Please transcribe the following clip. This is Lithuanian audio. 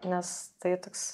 nes tai toks